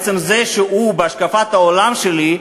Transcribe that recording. עצם זה שהוא בהשקפת העולם שלי,